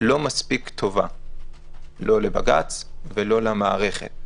לא מספיק טובה, לא לבג"ץ ולא למערכת.